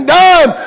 done